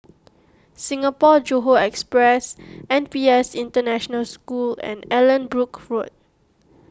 Singapore Johore Express N P S International School and Allanbrooke Road